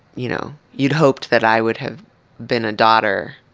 you know you'd hoped that i would have been a daughter.